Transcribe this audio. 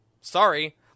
sorry